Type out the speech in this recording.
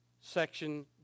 section